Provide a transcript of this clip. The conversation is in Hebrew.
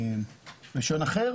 אחר.